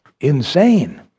insane